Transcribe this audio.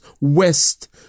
west